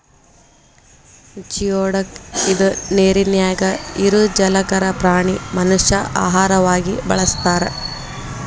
geoduck ಇದ ನೇರಿನ್ಯಾಗ ಇರು ಜಲಚರ ಪ್ರಾಣಿ ಮನಷ್ಯಾ ಆಹಾರವಾಗಿ ಬಳಸತಾರ